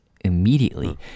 immediately